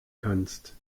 kannst